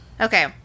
Okay